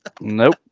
nope